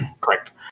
Correct